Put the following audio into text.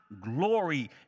glory